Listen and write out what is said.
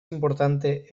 importante